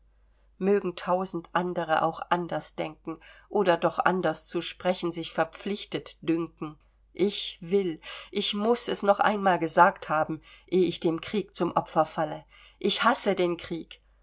mögen tausend andere auch anders denken oder doch anders zu sprechen sich verpflichtet dünken ich will ich muß es noch einmal gesagt haben eh ich dem krieg zum opfer falle ich hasse den krieg